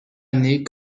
année